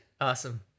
Awesome